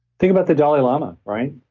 think about the dalai lama, right?